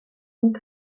donc